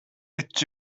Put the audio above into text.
it’s